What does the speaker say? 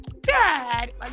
dad